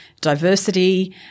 diversity